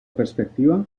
perspectiva